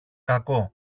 κακό